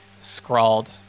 scrawled